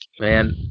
Man